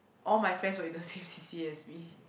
all my friends were in the same C_C_A as me